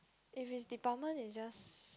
if is department is just